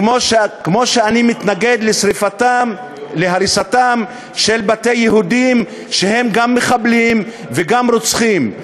כמו שאני מתנגד להריסתם של בתי יהודים שהם גם מחבלים וגם רוצחים.